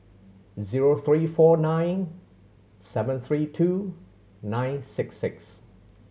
zero three four nine seven three two nine six six